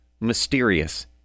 mysterious